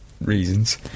reasons